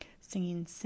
singing